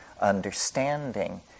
understanding